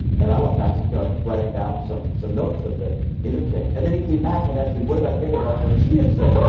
and i went back to start writing down some some notes of the interchange. and then he came back and asked me, what did i think about what she had said?